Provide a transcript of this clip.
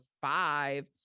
five